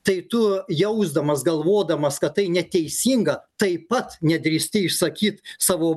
tai tu jausdamas galvodamas kad tai neteisinga taip pat nedrįsti išsakyt savo